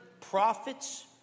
prophets